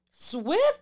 Swift